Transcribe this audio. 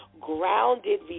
grounded